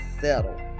settle